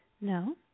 No